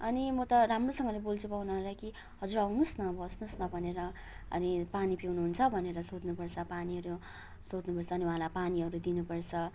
अनि म त राम्रोसँगले बोल्छु पाहुनाहरूलाई कि हजुर आउनुहोस् न बस्नुहोस् न भनेर अनि पानी पिउनुहुन्छ भनेर सोध्नुपर्छ पानीहरू सोध्नुपर्छ अनि उहाँलाई पानीहरू दिनुपर्छ